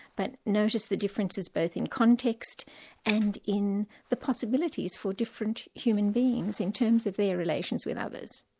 but notice the differences both in context and in the possibilities for different human beings in terms of their relations with others.